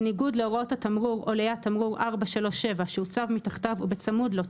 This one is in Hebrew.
בניגוד להוראות התמרור או ליד תמרור 437 שהוצב מתחתיו או בצמוד לו,